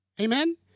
Amen